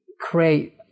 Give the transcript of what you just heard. create